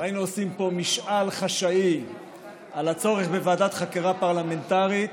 והיינו עושים פה משאל חשאי על הצורך בוועדת חקירה פרלמנטרית,